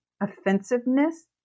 offensiveness